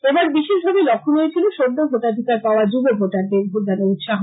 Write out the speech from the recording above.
এবার বিশেষভাবে লক্ষ্যনীয় ছিল সদ্য ভোটাধিকার পাওয়া যুব ভোটারদের ভোটদানে উৎসাহ